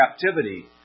captivity